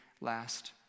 last